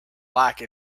like